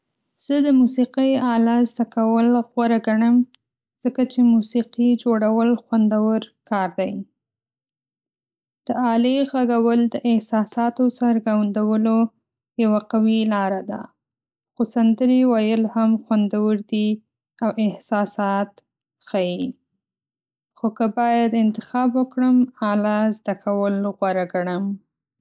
زه د موسیقۍ آله زده کول غوره ګڼم ځکه چې موسیقي جوړول خوندور کار دی. د آلې غږول د احساساتو څرګندولو یوه قوي لاره ده. خو سندرې ویل هم خوندور دي او احساسات ښيي. خو که باید انتخاب وکړم، آله زده کول غوره ګڼم.